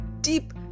deep